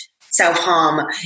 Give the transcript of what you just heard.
self-harm